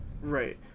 Right